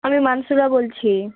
আমি মানসুদা বলছি